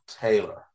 Taylor